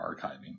archiving